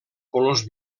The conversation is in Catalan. colors